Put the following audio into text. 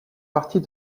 partie